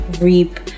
reap